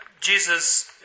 Jesus